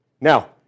Now